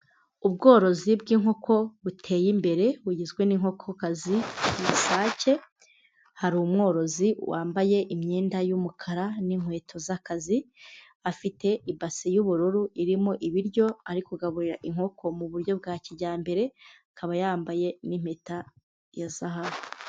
Ubworozi bw'inkoko buteye imbere, bugizwe n'inkokokazi, isake, hari umworozi wambaye imyenda y'umukara n'inkweto z'akazi, afite ibase y'ubururu irimo ibiryo ari kugaburira inkoko mu buryo bwa kijyambere, akaba yambaye n'impeta ya zahabu.